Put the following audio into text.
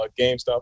GameStop